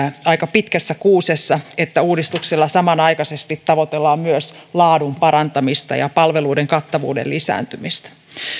aika pitkässä kuusessa että uudistuksella samanaikaisesti tavoitellaan myös laadun parantamista ja palveluiden kattavuuden lisääntymistä